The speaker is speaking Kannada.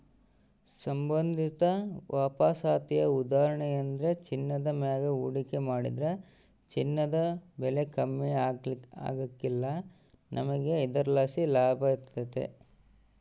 ಸಂಬಂಧಿತ ವಾಪಸಾತಿಯ ಉದಾಹರಣೆಯೆಂದ್ರ ಚಿನ್ನದ ಮ್ಯಾಗ ಹೂಡಿಕೆ ಮಾಡಿದ್ರ ಚಿನ್ನದ ಬೆಲೆ ಕಮ್ಮಿ ಆಗ್ಕಲ್ಲ, ನಮಿಗೆ ಇದರ್ಲಾಸಿ ಲಾಭತತೆ